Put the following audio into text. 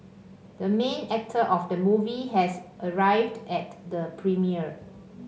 the main actor of the movie has arrived at the premiere